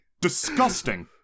disgusting